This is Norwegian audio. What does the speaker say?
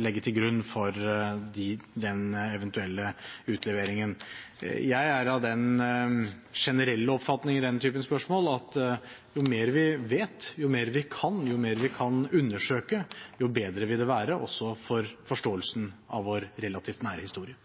legge til grunn for den eventuelle utleveringen. Jeg er av den generelle oppfatning i den typen spørsmål at jo mer vi vet, jo mer vi kan og jo mer vi kan undersøke, jo bedre vil det være, også for forståelsen av vår relativt nære historie.